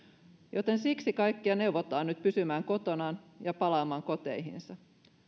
joten siksi kaikkia neuvotaan nyt pysymään kotonaan ja palaamaan koteihinsa